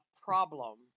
problem